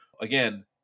again